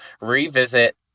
revisit